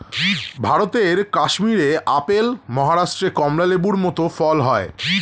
ভারতের কাশ্মীরে আপেল, মহারাষ্ট্রে কমলা লেবুর মত ফল হয়